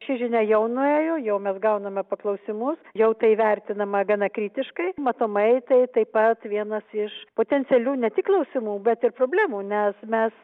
ši žinia jau nuėjo jau mes gauname paklausimus jau tai vertinama gana kritiškai matomai tai taip pat vienas iš potencialių ne tik klausimų bet ir problemų nes mes